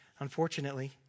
Unfortunately